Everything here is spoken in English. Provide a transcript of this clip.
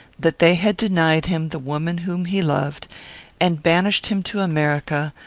that they had denied him the woman whom he loved and banished him to america,